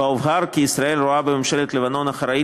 ובה הובהר כי ישראל רואה בממשלת לבנון אחראית